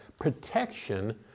protection